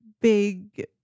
big